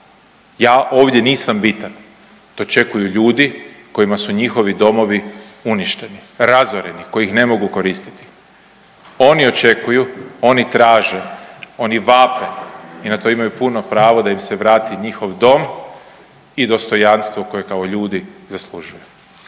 Ja ovdje nisam bitan. To očekuju ljudi kojima su njihovi domovi uništeni, razoreni koji ih ne mogu koristiti. Oni očekuju, oni traže, oni vape i na to imaju puno pravo da im se vrati njihov dom i dostojanstvo koje kao ljudi zaslužuju.